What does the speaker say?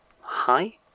hi